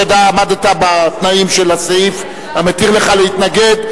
עמדת בתנאים של הסעיף המתיר לך להתנגד.